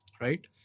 right